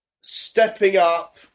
stepping-up